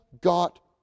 got